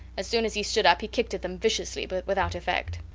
as soon as he stood up he kicked at them viciously, but without effect.